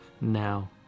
now